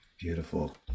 Beautiful